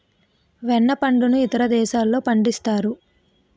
వెన్న పండును ఇతర దేశాల్లో పండిస్తారు